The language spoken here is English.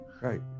Right